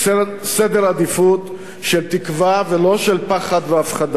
סדר עדיפויות של תקווה ולא של פחד והפחדה,